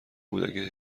بود، اگه